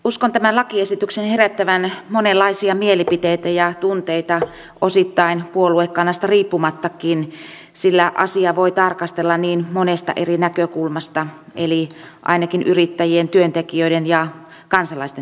uskon tämän lakiesityksen herättävän monenlaisia mielipiteitä ja tunteita osittain puoluekannasta riippumattakin sillä asiaa voi tarkastella niin monesta eri näkökulmasta eli ainakin yrittäjien työntekijöiden ja kansalaisten näkökulmasta